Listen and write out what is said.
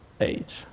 age